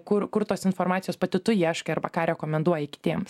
kur kur tos informacijos pati tu ieškai arba ką rekomenduoji kitiems